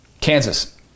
Kansas